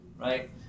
right